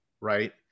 Right